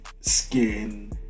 Skin